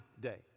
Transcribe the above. day